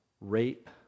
rape